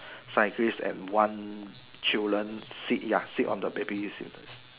cyclist and one children sit ya sit on the baby seat